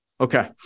Okay